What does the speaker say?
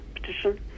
petition